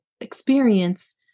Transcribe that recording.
experience